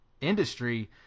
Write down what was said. industry